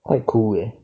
quite cool